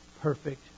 perfect